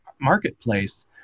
marketplace